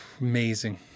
amazing